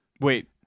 Wait